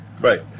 Right